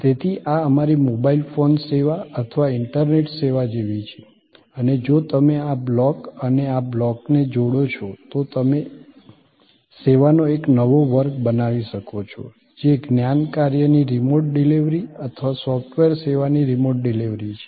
તેથી આ અમારી મોબાઇલ ફોન સેવા અથવા ઇન્ટરનેટ સેવા જેવી છે અને જો તમે આ બ્લોક અને આ બ્લોકને જોડો છો તો તમે સેવાનો એક નવો વર્ગ બનાવી શકો છો જે જ્ઞાન કાર્યની રિમોટ ડિલિવરી અથવા સોફ્ટવેર સેવાની રિમોટ ડિલિવરી છે